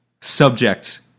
subject